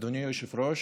אדוני היושב-ראש,